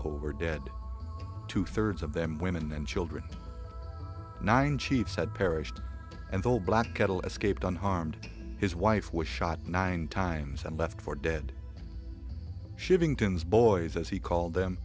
over dead two thirds of them women and children nine chiefs had perished and the old black kettle escaped unharmed his wife was shot nine times and left for dead shipping tins boys as he called